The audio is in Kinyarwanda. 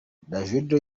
davido